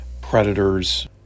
predators